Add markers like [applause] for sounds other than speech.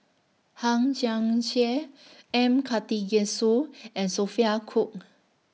Hang Chang Chieh M Karthigesu [noise] and Sophia Cooke